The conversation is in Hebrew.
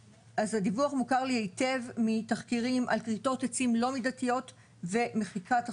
הדיווח מוכר לי היטב מתחקירים על כריתות עצים לא מידתיות ומחיקת החוק.